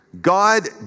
God